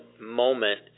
moment